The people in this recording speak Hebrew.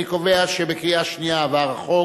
אני קובע שבקריאה שנייה עברה הצעת החוק.